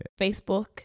facebook